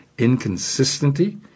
inconsistency